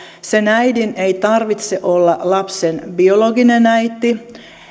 ei tarvitse olla lapsen biologinen äiti